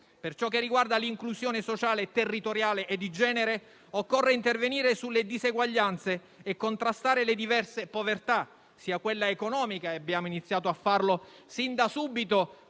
Per quanto riguarda l'inclusione sociale, territoriale e di genere, occorre intervenire sulle diseguaglianze e contrastare le diverse povertà, a partire da quella economica - abbiamo iniziato a farlo fin da subito